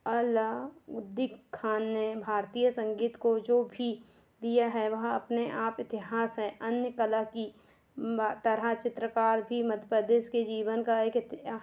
आलाउद्दीन ख़ाँ ने भारतीय संगीत को जो भी दिया है वह अपने आप इतिहास है अन्य कला की मा तरह चित्रकार भी मध्य प्रदेश के जीवन का एक एतिआ